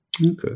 Okay